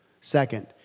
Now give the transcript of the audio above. Second